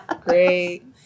Great